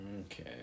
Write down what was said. Okay